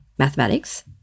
mathematics